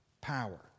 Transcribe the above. power